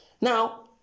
Now